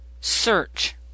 search